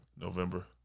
November